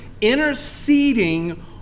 interceding